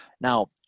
Now